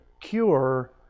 cure